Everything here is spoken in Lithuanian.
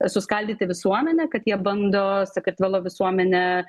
suskaldyti visuomenę kad jie bando sakartvelo visuomenę